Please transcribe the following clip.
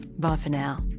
bye for now